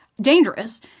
dangerous